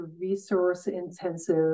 resource-intensive